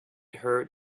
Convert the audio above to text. her